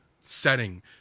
setting